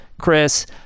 Chris